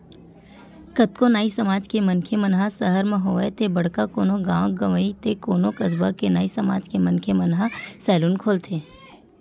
कतको नाई समाज के मनखे मन ह सहर म होवय ते बड़का कोनो गाँव गंवई ते कोनो कस्बा के नाई समाज के मनखे मन ह सैलून खोलथे